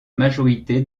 majorité